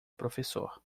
professor